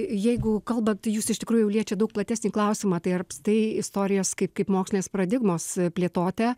jeigu kalbant jūs iš tikrųjų jau liečiat daug platesnį klausimą tai ar tai istorijos kaip kaip mokslinės paradigmos plėtotė